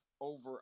over